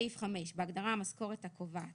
בסעיף 5 - בהגדרה "המשכורת הקובעת",